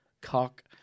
cock